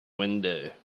window